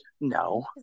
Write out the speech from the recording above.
No